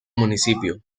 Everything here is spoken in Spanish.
municipio